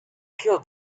kill